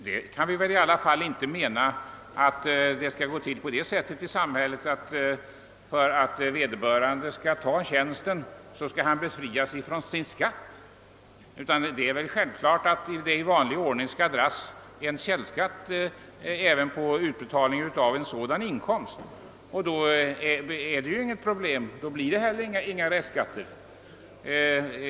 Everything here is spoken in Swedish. Det kan väl inte få gå till på det sättet i samhället, att vederbörande skall befrias från sin skatt om han tar tjänsten! Källskatt skall självfallet dras i vanlig ordning även vid utbetalandet av sådana inkomster, och då är det inget poblem, ty då blir det ingen restskatt.